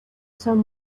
some